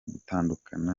gutandukana